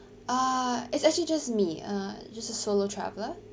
ah it's actually just me uh just a solo traveler